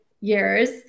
years